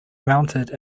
mounted